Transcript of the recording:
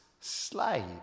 slave